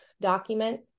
document